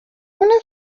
una